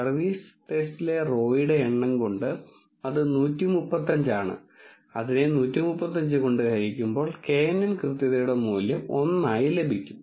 service ടെസ്റ്റിലെ റോയുടെ എണ്ണം കൊണ്ട് അത് 135 ആണ് അതിനെ 135 കൊണ്ട് ഹരിക്കുമ്പോൾ knn കൃത്യതയുടെ മൂല്യം 1 ആയി ലഭിക്കും